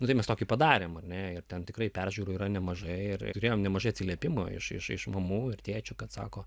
nu tai mes tokį padarėm ar ne ir ten tikrai peržiūrų yra nemažai ir turėjom nemažai atsiliepimų iš iš mamų ir tėčių kad sako